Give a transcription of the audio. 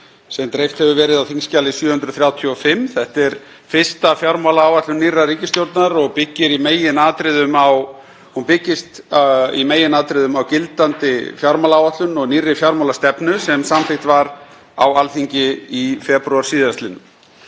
sem dreift hefur verið á þskj. 735. Þetta er fyrsta fjármálaáætlun nýrrar ríkisstjórnar og byggir hún í meginatriðum á gildandi fjármálaáætlun og nýrri fjármálastefnu sem samþykkt var á Alþingi í febrúar síðastliðnum.